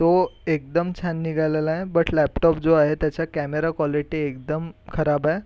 तो एकदम छान निघालेला आहे बट लॅपटॉप जो आहे त्याच्या कॅमेरा कॉलिटी एकदम खराब आहे